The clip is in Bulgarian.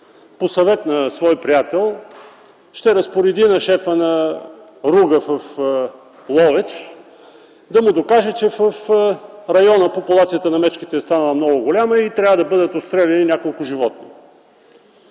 по съвет на свой приятел ще разпореди на шефа на РУГ-а в Ловеч да му докаже, че в района популацията на мечките е станала много голяма и трябва да бъдат отстреляни няколко животни.